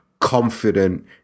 confident